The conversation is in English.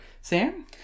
Sam